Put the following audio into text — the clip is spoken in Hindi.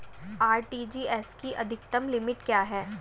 आर.टी.जी.एस की अधिकतम लिमिट क्या है?